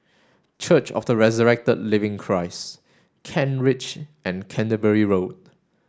Church of the Resurrected Living Christ Kent Ridge and Canterbury Road